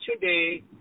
today